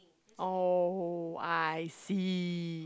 oh I see